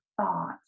thought